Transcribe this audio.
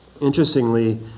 Interestingly